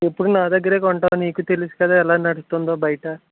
ఎప్పుడు నా దగ్గరే కొంటావు నీకూ తెలుసుకదా ఎలా నడుస్తుందో బయట